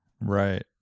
Right